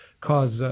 cause –